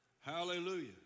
Hallelujah